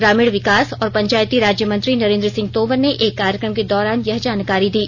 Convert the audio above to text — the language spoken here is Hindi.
ग्रामीण विकास और पंचायती राज्य मंत्री नरेन्द्र सिंह तोमर ने एक कार्यक्रम के दौरान यह जानकारी दी